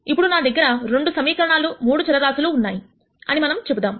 ఇప్పుడు నా దగ్గర 2 సమీకరణాలు 3 చరరాశులు ఉన్నాయి అని మనం చెబుదాం